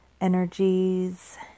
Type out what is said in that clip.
energies